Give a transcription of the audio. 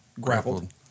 Grappled